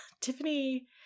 Tiffany